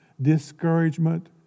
discouragement